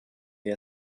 wir